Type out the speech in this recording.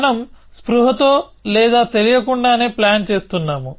మనం స్పృహతో లేదా తెలియకుండానే ప్లాన్ చేస్తున్నాము